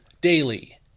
daily